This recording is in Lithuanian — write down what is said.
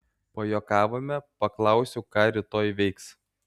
pajuokavome paklausiau ką rytoj veiks